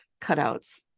cutouts